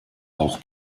auch